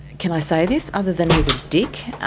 can i say this? other than he is a dick?